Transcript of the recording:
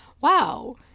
wow